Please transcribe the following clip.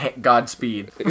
Godspeed